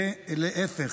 ולהפך.